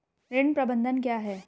ऋण प्रबंधन क्या है?